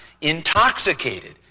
intoxicated